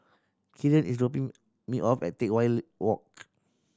Killian is dropping me off at Teck Whye Walk